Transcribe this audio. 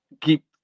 keep